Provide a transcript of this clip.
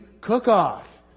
cook-off